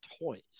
toys